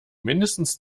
mindestens